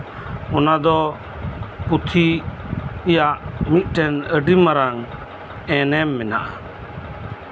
ᱚᱱᱟ ᱫᱚ ᱯᱩᱛᱷᱤᱭᱟᱜ ᱟᱹᱰᱤ ᱢᱟᱨᱟᱝ ᱮᱱᱮᱢ ᱢᱮᱱᱟᱜᱼᱟ